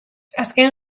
azken